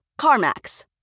CarMax